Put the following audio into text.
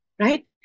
right